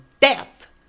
death